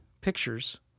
pictures